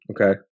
Okay